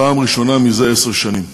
בפעם הראשונה זה עשר שנים.